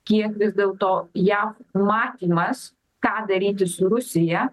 kiek vis dėl to jav matymas ką daryti su rusija